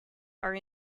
are